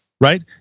Right